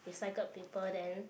recycled paper then